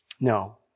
No